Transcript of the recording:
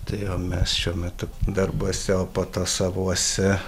tai jo mes šiuo metu darbuose o po to savuose